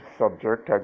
subject